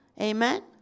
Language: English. Amen